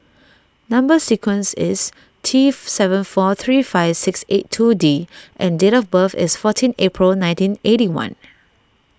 Number Sequence is T seven four three five six eight two D and date of birth is fourteen April nineteen eighty one